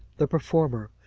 the performer,